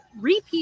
repeat